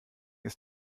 ist